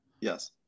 Yes